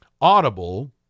Audible